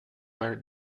were